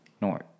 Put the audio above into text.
north